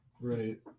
Right